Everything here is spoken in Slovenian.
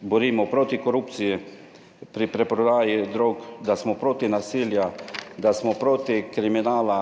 borimo proti korupciji, pri preprodaji drog da smo proti nasilja, da smo proti kriminala